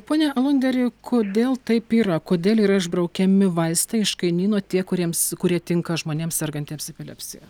pone alonderi kodėl taip yra kodėl yra išbraukiami vaistai iš kainyno tie kuriems kurie tinka žmonėms sergantiems epilepsija